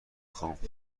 خوام